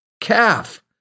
calf